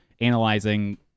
analyzing